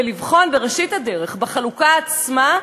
ולבחון בראשית הדרך, בחלוקה עצמה,